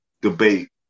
debate